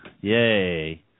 yay